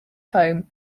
home